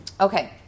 Okay